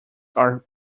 are